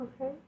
Okay